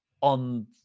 on